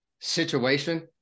situation